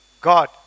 God